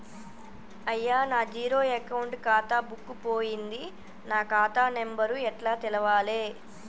అయ్యా నా zero account ఖాతా బుక్కు పోయింది నా ఖాతా నెంబరు ఎట్ల తెలవాలే?